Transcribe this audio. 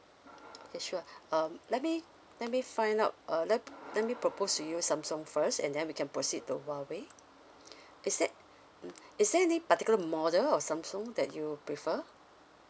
okay sure um let me let me find out uh let let me propose you samsung first and then we can proceed to huawei is that mm is there any particular model of samsung that you prefer